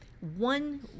One